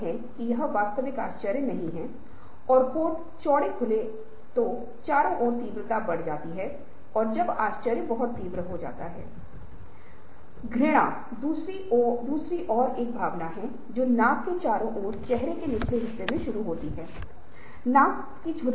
और परिवर्तन कर्मचारियों और संगठनों को प्रभावित करेगा क्योंकि यदि आप परिवर्तन प्रभावों पर विचार करने जा रहे हैं तो कर्मचारी तनाव का अनुभव करेंगे कर्मचारी तनाव महसूस करेंगे उन्हें लगेगा कि उनके कौशल अप्रचलित होंगे